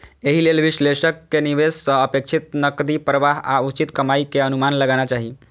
एहि लेल विश्लेषक कें निवेश सं अपेक्षित नकदी प्रवाह आ उचित कमाइ के अनुमान लगाना चाही